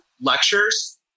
lectures